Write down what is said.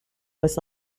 was